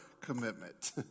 commitment